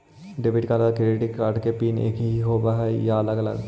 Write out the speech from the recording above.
Debit और credit card के PIN एकही होव हइ या अलग अलग?